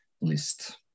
list